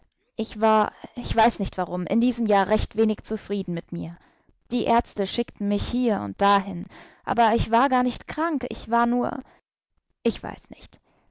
ich war ich weiß nicht warum in diesem jahr recht wenig zufrieden mit mir die ärzte schickten mich hier und dahin aber ich war gar nicht krank ich war nur ich weiß nicht